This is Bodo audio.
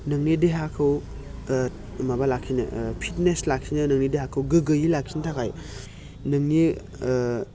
नोंनि देहाखौ माबा लाखिनो फिटनेस लाखिनो नोंनि देहाखौ गोग्गोयै लाखिनो थाखाय नोंनि